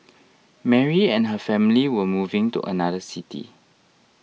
Mary and her family were moving to another city